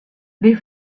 les